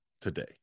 today